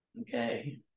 Okay